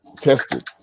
tested